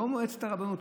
לא מועצת הרבנות,